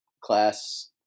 class